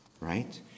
right